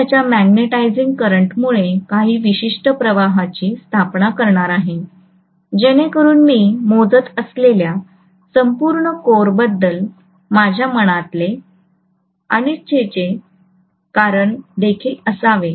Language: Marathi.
मी त्याच्या मॅग्नेटायझिंग करंटमुळे काही विशिष्ट प्रवाहाची स्थापना करणार आहे जेणेकरून मी मोजत असलेल्या संपूर्ण कोरबद्दल माझ्या मनातले अनिच्छेचे कारण देखील असावे